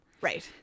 Right